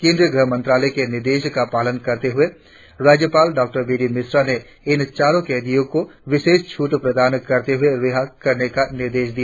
केंद्रीय गृह मंत्रालय के निर्देश का पालन करते हुए राज्यपाल डॉ बी डी मिश्रा ने इन चारों कैदियों को विशेष छूट प्रदान करते हुए रीहा करने का निर्देश दिया